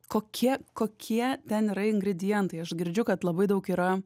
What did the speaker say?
kokie kokie ten yra ingridientai aš girdžiu kad labai daug yra